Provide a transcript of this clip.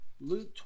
Luke